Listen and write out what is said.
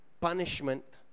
punishment